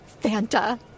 Fanta